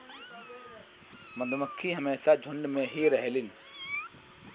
मधुमक्खी हमेशा झुण्ड में ही रहेलीन